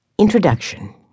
Introduction